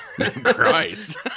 Christ